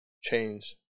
change